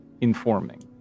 informing